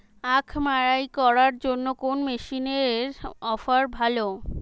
আখ মাড়াই করার জন্য কোন মেশিনের অফার ভালো?